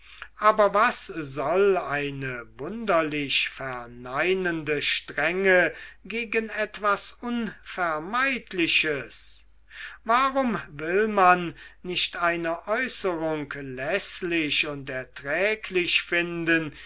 aber was soll eine wunderlich verneinende strenge gegen etwas unvermeidliches warum will man nicht eine äußerung läßlich und erträglich finden